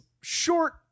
short